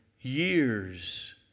years